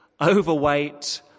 overweight